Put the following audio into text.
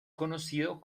conocido